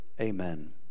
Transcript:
Amen